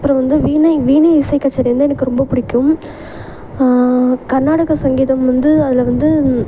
அப்புறம் வந்து வீணை வீணை இசை கச்சேரி வந்து எனக்கு ரொம்ப பிடிக்கும் கர்நாடக சங்கீதம் வந்து அதில் வந்து